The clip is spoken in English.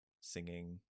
singing